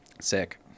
Sick